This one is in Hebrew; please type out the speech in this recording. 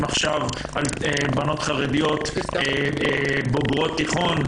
עכשיו על בנות חרדיות בוגרות תיכון,